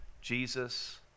Jesus